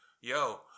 yo